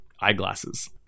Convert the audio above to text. eyeglasses